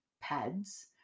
pads